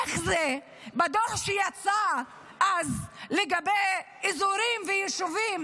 איך זה שבדוח שיצא אז לגבי אזורים ויישובים